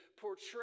portray